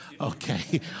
okay